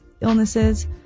illnesses